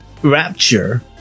rapture